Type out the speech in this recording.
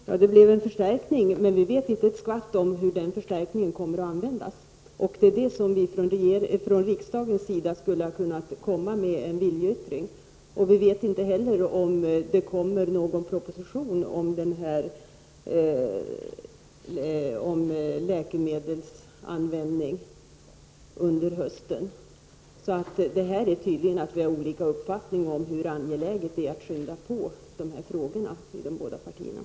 Herr talman! Det blev en förstärkning, men vi vet inte ett skvatt om hur den förstärkningen kommer att användas. Här skulle vi från riksdagens sida ha kunnat komma med en viljeyttring. Inte heller vet vi om det under hösten kommer någon proposition om läkemedelsanvändning. De båda partierna har tydligen olika uppfattning om hur angeläget det är att skynda på när det gäller de här frågorna.